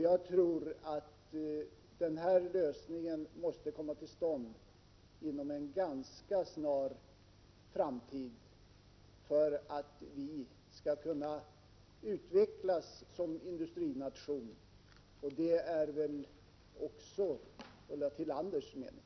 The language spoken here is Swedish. Jag tror att den här lösningen måste komma till stånd inom en ganska snar framtid, för att vi skall kunna utvecklas som industrination — det är väl också Ulla Tillanders mening.